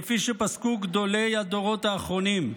כפי שפסקו גדולי הדורות האחרונים.